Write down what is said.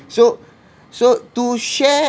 so so to share